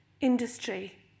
industry